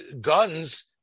Guns